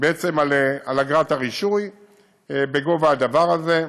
על אגרת הרישוי בגובה הדבר הזה.